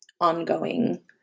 ongoing